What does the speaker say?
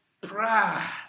pride